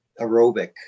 aerobic